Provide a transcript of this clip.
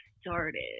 started